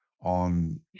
on